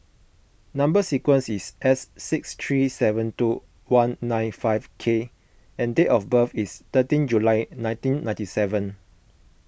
Number Sequence is S six three seven two one nine five K and date of birth is thirteen July nineteen ninety seven